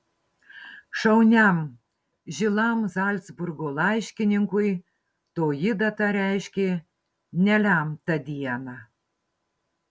šauniam žilam zalcburgo laiškininkui toji data reiškė nelemtą dieną